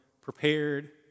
prepared